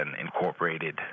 incorporated